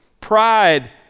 pride